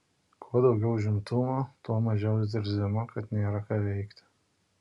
kuo daugiau užimtumo tuo mažiau zirzimo kad nėra ką veikti